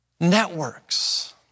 networks